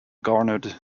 garnered